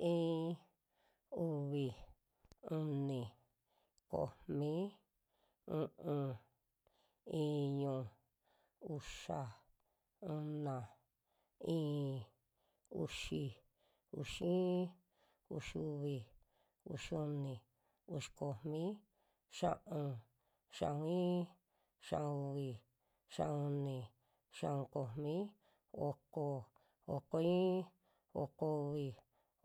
Iin, uvi, uni, komi, u'un, iñu, uxa, una, i'in, uxi, uxi iin, uxiuvi, uxiuni, uxi komi, xia'un, xia'un iin, xia'un uvi, xia'un uni, xia'un komi, oko, oko iin, oko uvi,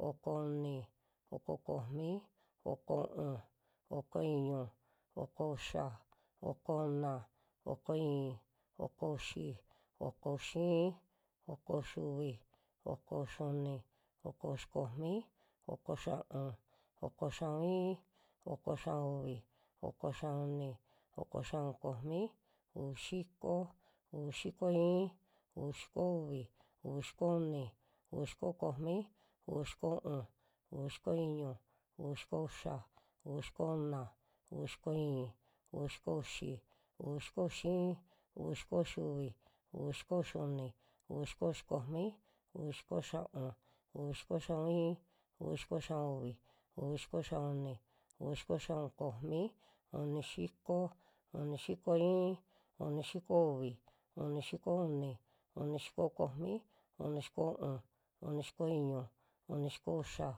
oko uni, oko komi, oko u'un, oko iñu, oko uxa, oko una, oko i'in, oko uxi, oko uxi iin, oko uxiuvi, oko uxiuni, oko uxi komi, oko xia'un, oko xia'un iin, oko xia'un uvi, oko xia'un uni, oko xia'un komi, uvi xiko, uvi xiko iin, uvi xiko uvi, uvi xiko uni, uvi xiko komi, uvi xiko u'un, uvi xiko iñu, uvi xiko uxa, uvi xiko una, uvi xiko i'in, uvi xiko uxi, uvi xiko uxi iin, uvi xiko ixi uvi, uvi xiko ixi uni, uvi xiko ixi komi, uvi xiko xia'un, uvi xiko xia'un iin, uvi xiko xia'un uvi, uvi xiko xia'un uni, uvi xiko xia'un komi, uni xiko, uni xiko iin, uni xiko uvi, uni xiko uni, uni xiko komi, uni xiko u'un, uni xiko iñu, uni xiko uxa.